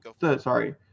Sorry